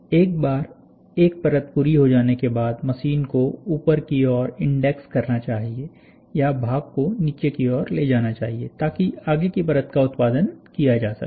एक बार एक परत पूरी हो जाने के बाद मशीन को ऊपर की ओर इंडेक्स करना चाहिए या भाग को नीचे की ओर ले जाना चाहिए ताकि आगे की परत का उत्पादन किया जा सके